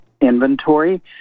inventory